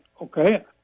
okay